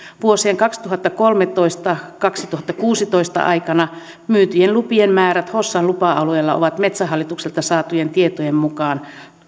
vuosien kaksituhattakolmetoista viiva kaksituhattakuusitoista aikana myyntilupien määrät hossan lupa alueella ovat metsähallitukselta saatujen tietojen mukaan